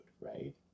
right